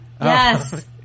Yes